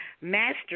master